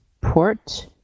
port